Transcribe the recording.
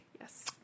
Yes